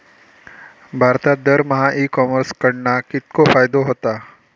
भारतात दरमहा e commerce कडणा कितको फायदो होता?